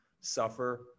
suffer